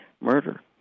murder